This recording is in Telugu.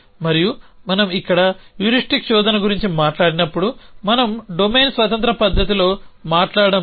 మరియు మనం ఇక్కడ హ్యూరిస్టిక్ శోధన గురించి మాట్లాడినప్పుడు మనం డొమైన్ స్వతంత్ర పద్ధతిలో మాట్లాడటం లేదు